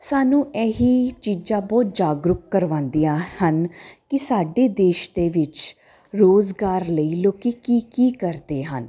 ਸਾਨੂੰ ਇਹੀ ਚੀਜ਼ਾਂ ਬਹੁਤ ਜਾਗਰੂਕ ਕਰਵਾਉਂਦੀਆਂ ਹਨ ਕਿ ਸਾਡੇ ਦੇਸ਼ ਦੇ ਵਿੱਚ ਰੋਜ਼ਗਾਰ ਲਈ ਲੋਕੀ ਕੀ ਕੀ ਕਰਦੇ ਹਨ